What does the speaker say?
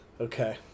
Okay